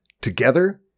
Together